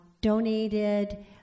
donated